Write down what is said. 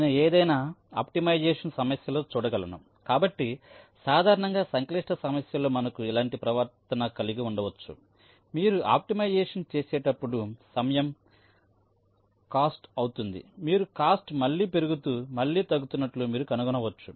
నేను ఏదైనా ఆప్టిమైజేషన్ సమస్యలో చూడగలను కాబట్టి సాధారణంగా సంక్లిష్ట సమస్యలో మనకు ఇలాంటి ప్రవర్తన కలిగి ఉండవచ్చు మీరు ఆప్టిమైజేషన్ చేసేటప్పుడు సమయం కాస్ట్ అవుతుంది మీ కాస్ట్ మళ్లీ పెరుగుతూ మళ్లీ తగ్గుతున్నట్లు మీరు కనుగొనవచ్చు